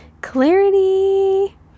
Clarity